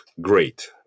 great